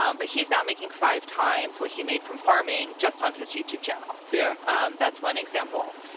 um but he's now making five times what he made from farming just on his youtube channel. yeah um that's one example.